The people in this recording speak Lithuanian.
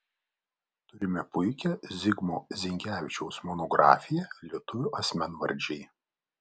turime puikią zigmo zinkevičiaus monografiją lietuvių asmenvardžiai